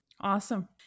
Awesome